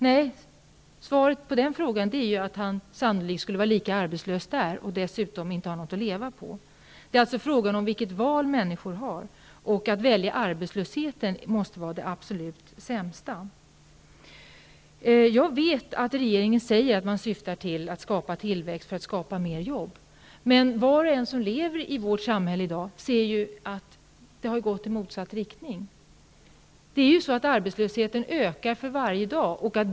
Nej, svaret på den frågan är att han sannolikt skulle vara lika arbetslös där och dessutom inte hade någonting att leva på. Det är alltså fråga om vilket val människor har. Att välja arbetslösheten måste vara det absolut sämsta. Jag vet att regeringen säger att man syftar till att skapa tillväxt för att skapa fler jobb. Men var och en som lever i vårt samhälle i dag ser ju att det har gått i motsatt riktning. Arbetslösheten ökar för varje dag.